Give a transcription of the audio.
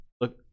look